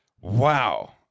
Wow